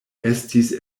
estis